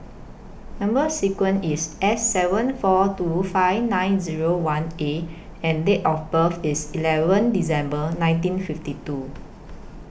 Number sequence IS S seven four two five nine Zero one A and Date of birth IS eleven December nineteen fifty two